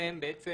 בפניכם בעצם